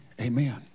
Amen